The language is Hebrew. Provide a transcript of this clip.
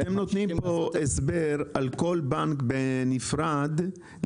אתם נותנים פה על כל בנק בנפרד